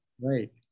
Right